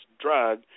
drug